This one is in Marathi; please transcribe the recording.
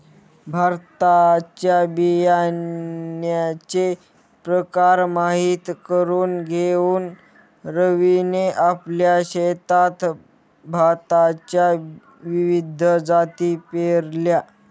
भाताच्या बियाण्याचे प्रकार माहित करून घेऊन रवीने आपल्या शेतात भाताच्या विविध जाती पेरल्या